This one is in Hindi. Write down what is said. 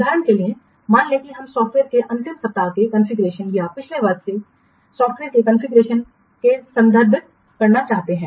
उदाहरण के लिए मान लें कि हम सॉफ़्टवेयर के अंतिम सप्ताह के कॉन्फ़िगरेशन या पिछले वर्ष के सॉफ़्टवेयर के कॉन्फ़िगरेशन को संदर्भित करना चाहते हैं